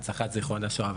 הנצחת זיכרון השואה,